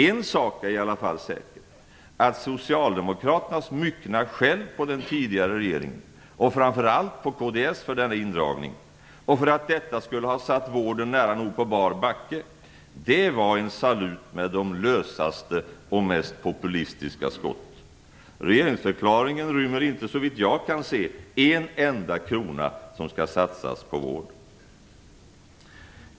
En sak är i alla fall säker, att Socialdemokraternas myckna skäll på den tidigare regeringen och framför allt på kds, för denna indragning och för att detta skulle ha satt vården nära nog på bar backe var en salut med de lösaste och mest populistiska skott. Regeringsförklaringen rymmer inte såvitt jag kan se en enda krona som skall satsas på vård.